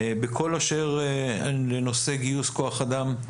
בכל אשר לנושא גיוס כוח אדם,